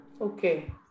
Okay